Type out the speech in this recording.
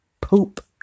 poop